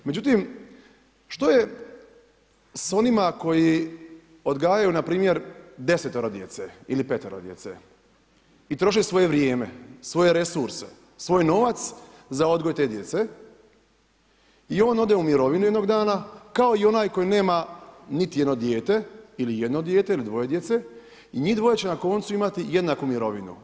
Međutim, što je s onima koji odgajaju npr. 10-oro djece ili 5-oro djece i troše svoje vrijeme, svoje resurse, svoj novac za odgoj te djece i on ode u mirovinu jednog dana kao i onaj koji nema niti jedno dijete, ili jedno dijete ili dvoje djece i njih dvoje će na koncu imati jednaku mirovinu.